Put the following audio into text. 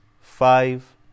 five